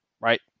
right